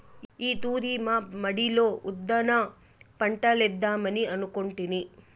ఈ తూరి మా మడిలో ఉద్దాన పంటలేద్దామని అనుకొంటిమి